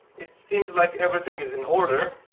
it seems like everything is in order.